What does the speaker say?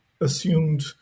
assumed